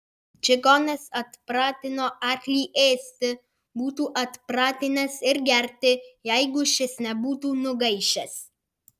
čigonas atpratino arklį ėsti būtų atpratinęs ir gerti jeigu šis nebūtų nugaišęs